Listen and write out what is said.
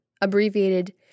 abbreviated